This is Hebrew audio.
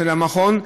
של המכון,